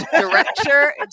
director